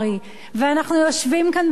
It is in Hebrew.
אנחנו יושבים כאן במליאה,